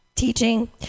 teaching